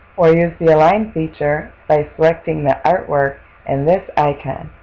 or use the align feature by selecting the artwork and this icon.